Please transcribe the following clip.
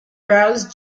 browse